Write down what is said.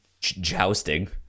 Jousting